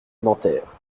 nanterre